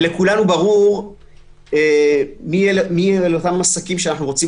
לכולנו ברור מי הם אותם עסקים שאנחנו רוצים